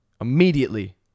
Immediately